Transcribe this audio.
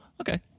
okay